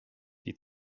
die